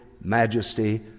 majesty